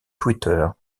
twitter